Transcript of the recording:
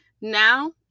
Now